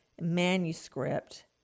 manuscript